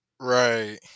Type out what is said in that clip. Right